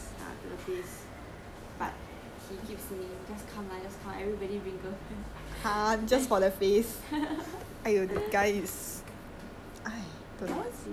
then she didn't even wanted to go to the place but he keep saying just come lah just come everybody bring girlfriend